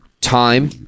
Time